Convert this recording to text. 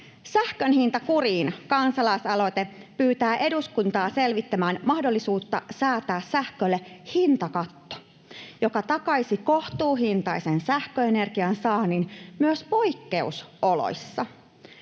Sähkön hinta kuriin ‑kansalaisaloite pyytää eduskuntaa selvittämään mahdollisuutta säätää sähkölle hintakatto, joka takaisi kohtuuhintaisen sähköenergian saannin myös poikkeusoloissa.